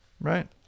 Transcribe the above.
right